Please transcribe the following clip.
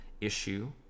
issue